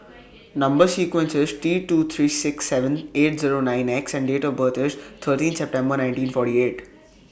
Number sequence IS T two three six seven eight Zero nine X and Date of birth IS thirteen September nineteen forty eight